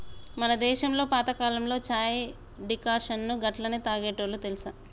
మన దేసంలో పాతకాలంలో చాయ్ డికాషన్ను గట్లనే తాగేటోల్లు తెలుసా